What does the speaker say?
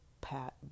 pat